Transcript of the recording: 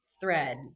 thread